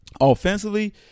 offensively